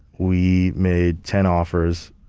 we made ten offers,